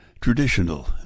traditional